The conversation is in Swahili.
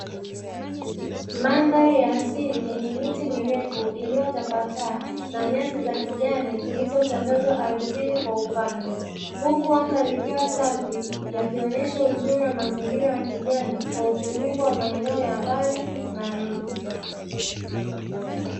Mandhari ya asili yenye miti mirefu iliyotapakaa, na nyasi za kijani zilizotandazwa ardhini kwa upana. Huku anga likiwa safi, yakionyeshe uzuri wa mazingira ya kijani, kwa utulivu wa maeneo ya mbali na mji.